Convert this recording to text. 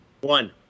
One